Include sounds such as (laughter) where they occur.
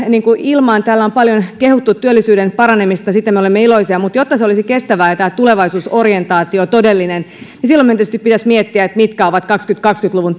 ilmaan täällä on paljon kehuttu työllisyyden paranemista siitä me olemme iloisia mutta jotta se olisi kestävää ja tulevaisuusorientaatio todellinen niin silloin meidän tietysti pitäisi miettiä mitkä ovat kaksituhattakaksikymmentä luvun (unintelligible)